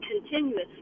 continuously